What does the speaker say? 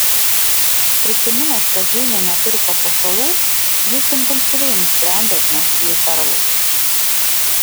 prisiminęs kad džeinė neturi papuošalų jis impulsyviai nusprendė atnešti jai perlus